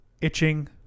itching